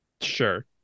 Sure